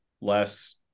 less